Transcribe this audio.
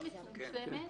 מצומצמת